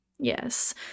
Yes